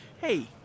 hey